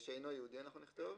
שאינו יהודי אנחנו נכתוב.